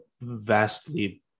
vastly